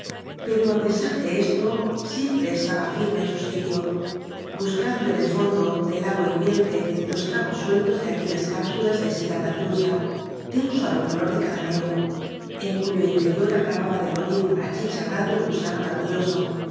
pero á pesar de esto siempre esta ba firme en su sitio buscando en el fondo del agua hirviente los cabos sueltos de aquellas cápsulas de seda blanducha de un suave color de caramelo en cuyo interior acababa de morir achicharrado el gusano laborioso